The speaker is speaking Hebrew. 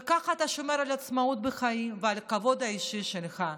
וככה אתה שומר על עצמאות בחיים ועל הכבוד האישי שלך.